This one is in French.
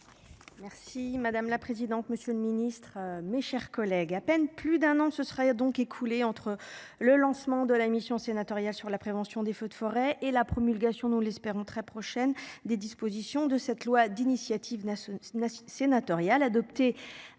Merci madame la présidente, monsieur le ministre, mes chers collègues, à peine plus d'un an se serait donc écoulé entre le lancement de la mission sénatoriale sur la prévention des feux de forêt et la promulgation, nous l'espérons très prochaine des dispositions de cette loi d'initiative n'a ce la sénatoriale. Adopté